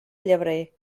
llebrer